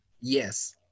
yes